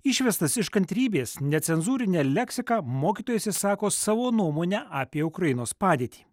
išvestas iš kantrybės necenzūrine leksika mokytojas išsako savo nuomonę apie ukrainos padėtį